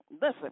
Listen